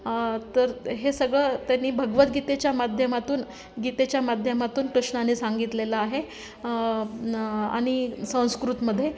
तर हे सगळं त्यांनी भगवद्गीतेच्या माध्यमातून गीतेच्या माध्यमातून प्रश्नाने सांगितलेलं आहे आणि संस्कृतमध्ये